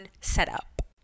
setup